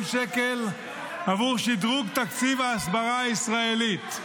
שקלים עבור שדרוג תקציב ההסברה הישראלית.